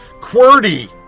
QWERTY